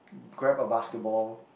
grab a basketball